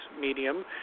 Medium